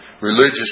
religious